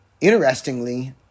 interestingly